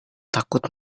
takut